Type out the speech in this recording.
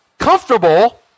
comfortable